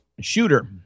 shooter